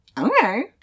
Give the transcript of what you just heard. Okay